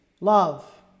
Love